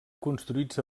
construïts